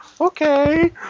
okay